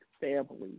family